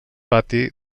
pati